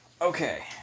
Okay